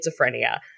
schizophrenia